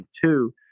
two